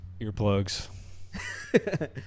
earplugs